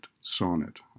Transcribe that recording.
sonnet